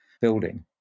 building